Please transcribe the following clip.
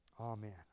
Amen